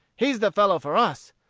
he's the fellow for us.